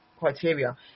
criteria